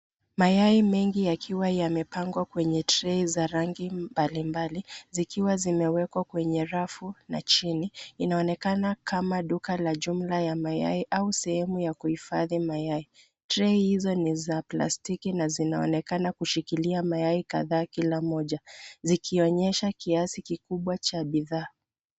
Mayai mengi yakiwa yamepangwa kwenye trei za rangi mbalimbali zikiwa zimewekwa kwenye rafu na chini. Inaonekana kama duka la jumla ya mayai au sehemu ya kuhifadhi mayai. Trei hizo ni za plastiki na zinaonekana kushikilia mayai kadhaa kila mmoja zikionyesha kiasi kikubwa cha bidhaa.